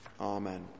Amen